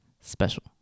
special